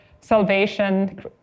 salvation